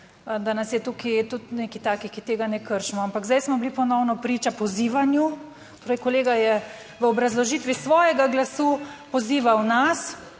da nas je tukaj tudi nekaj takih, ki tega ne kršimo. Ampak zdaj smo bili ponovno priča pozivanju, torej kolega je v obrazložitvi svojega glasu pozival nas,